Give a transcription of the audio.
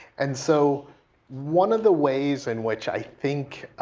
and so one of the ways in which i think